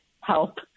help